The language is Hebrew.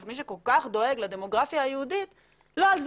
אז מי שכל כך דואג לדמוגרפיה היהודית,